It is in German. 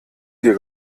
dir